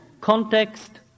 context